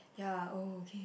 ya okay